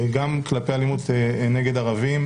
גם אלימות נגד ערבים,